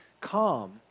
calm